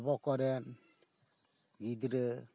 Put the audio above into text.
ᱟᱵᱚ ᱠᱚᱨᱮᱱ ᱜᱤᱫᱽᱨᱟᱹ